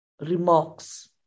remarks